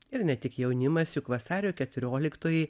ir ne tik jaunimas juk vasario keturioliktoji